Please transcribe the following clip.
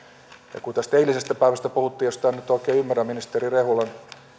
kun tästä eilisestä päivästä puhuttiin josta en nyt oikein ymmärrä ministeri rehulan